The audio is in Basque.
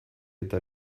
eta